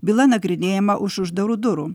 byla nagrinėjama už uždarų durų